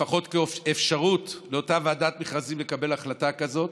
לפחות כאפשרות לאותה ועדת מכרזים לקבל החלטה כזאת.